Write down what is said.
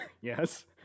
yes